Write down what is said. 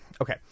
Okay